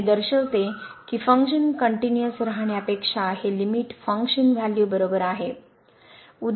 तर हे दर्शविते की फंक्शन कनट्युनिअस राहण्यापेक्षा हे लिमिट फंक्शन व्हॅल्यू बरोबर आहे